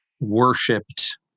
worshipped